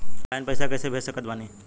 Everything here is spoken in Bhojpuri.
ऑनलाइन पैसा कैसे भेज सकत बानी?